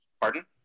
Pardon